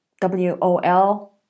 W-O-L